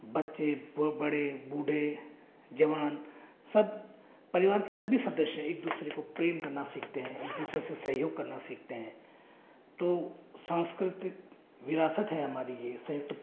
बच्चे बड़े बूढ़े जवान सब परिवार के सभी सदस्य एक दूसरे को प्रेम करना सीखते है एक दूसरे से सहयोग करना सीखते है तो सांस्कृतिक विरासत है हमारी ये संयुक्त